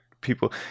people